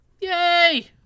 Yay